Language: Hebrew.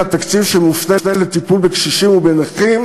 התקציב שמופנה לטיפול בקשישים ובנכים,